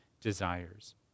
desires